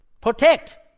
Protect